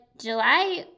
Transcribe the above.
July